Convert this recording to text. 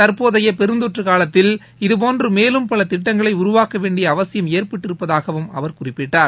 தற்போதைய பெருந்தொற்று காலத்தில் இதுபோன்ற மேலும் பல திட்டங்களை உருவாக்க வேண்டிய அவசியம் ஏற்பட்டிருப்பதாகவும் அவர் குறிப்பிட்டார்